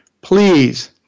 please